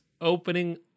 opening